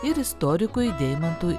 ir istorikui deimantui